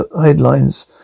headlines